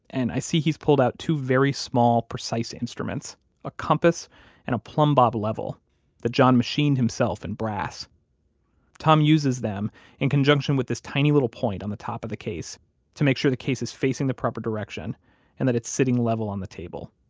and i see he's pulled out two very small, precise instruments a compass and a plumb bob level that john machined himself in brass tom uses them in conjunction with this tiny little point on the top of the case to make sure the case is facing the proper direction and that it's sitting level on the table.